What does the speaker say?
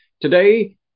today